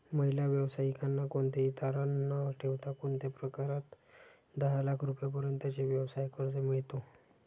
महिला व्यावसायिकांना कोणतेही तारण न ठेवता कोणत्या प्रकारात दहा लाख रुपयांपर्यंतचे व्यवसाय कर्ज मिळतो?